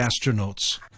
astronauts